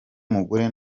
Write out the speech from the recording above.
mugore